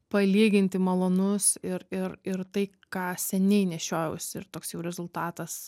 palyginti malonus ir ir ir tai ką seniai nešiojausi ir toks jau rezultatas